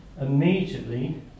immediately